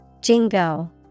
Jingo